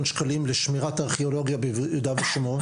שקלים לשמירת הארכיאולוגיה ביהודה ושומרון.